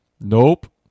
Nope